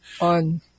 On